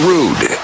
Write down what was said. Rude